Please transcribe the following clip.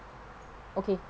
okay